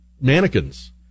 mannequins